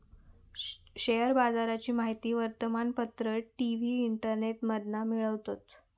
share बाजाराची माहिती वर्तमानपत्र, टी.वी, इंटरनेटमधना मिळवतत